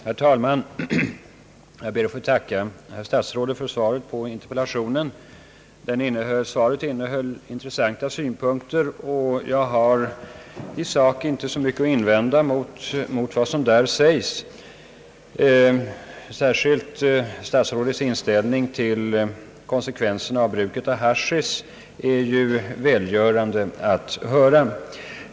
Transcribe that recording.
Herr talman! Jag ber att få tacka herr statsrådet för svaret på interpellationen. Svaret innehöll intressanta synpunkter, och jag har i sak inte så mycket att invända mot vad som där sägs. Särskilt statsrådets inställning till konsekvenserna av bruket av haschisch är välgörande att höra.